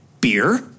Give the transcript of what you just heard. beer